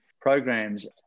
programs